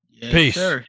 Peace